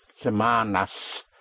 Semanas